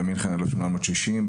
ומינכן 1860,